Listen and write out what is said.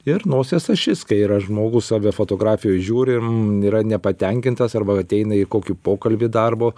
ir nosies ašis kai yra žmogus save fotografijoj žiūri yra nepatenkintas arba ateina į kokį pokalbį darbo